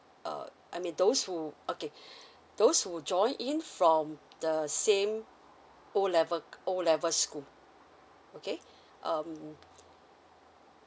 uh I mean those who okay those who join in from the same O level O level school okay um